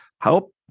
Help